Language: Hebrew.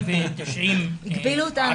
הגבילו אותנו.